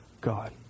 God